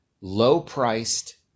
low-priced